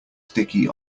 sticky